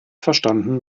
verstanden